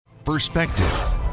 perspective